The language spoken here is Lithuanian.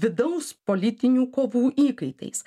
vidaus politinių kovų įkaitais